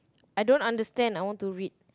I don't understand I want to read